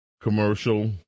commercial